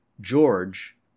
George